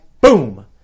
boom